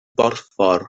borffor